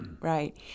right